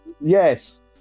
yes